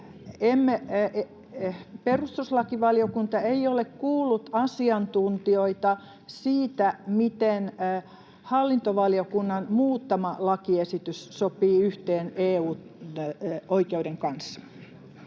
perustuslakivaliokunta ole kuullut asiantuntijoita siitä, miten hallintovaliokunnan muuttama lakiesitys sopii yhteen EU-oikeuden kanssa.